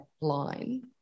line